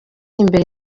imbere